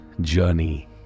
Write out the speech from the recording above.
journey